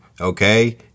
Okay